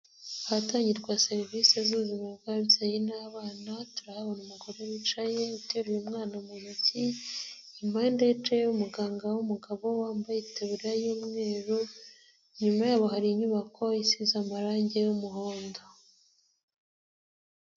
Ahatangirwa serivisi z'ubuzima bw'ababyeyi n'abana turahabona umugore wicaye uteruye mwana mu ntoki, impande ye hicaye umugabo wambaye itaburiya y'umweru, inyuma yabo hari inyubako isize amarangi y'umuhondo.